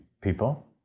people